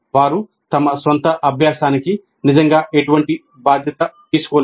వారు తమ సొంత అభ్యాసానికి నిజంగా ఎటువంటి బాధ్యత తీసుకోలేదు